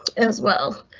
as well,